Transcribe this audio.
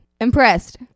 Impressed